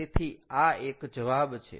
તેથી આ એક જવાબ છે